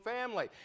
family